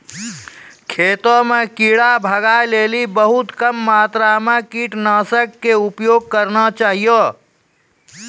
खेतों म कीड़ा भगाय लेली बहुत कम मात्रा मॅ कीटनाशक के उपयोग करना चाहियो